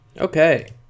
Okay